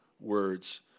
words